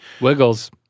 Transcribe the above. Wiggles